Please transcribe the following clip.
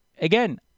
again